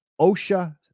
OSHA